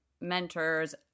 mentors